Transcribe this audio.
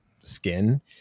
skin –